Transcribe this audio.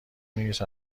نیست